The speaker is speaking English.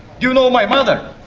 you know my mother?